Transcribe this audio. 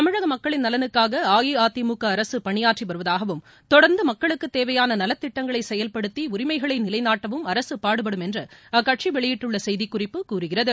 தமிழக மக்களின் நலனுக்காக அஇஅதிமுக அரசு பணியாற்றி வருவதாகவும் தொடர்ந்து மக்களுக்கு தேவையான நலத்திட்டங்களை செயல்படுத்தி உரிமைகளை நிலைநாட்டவும் அரசு பாடுபடும் என்று அக்கட்சி வெளியிட்டுள்ள செய்திக்குறிப்பு கூறுகிறது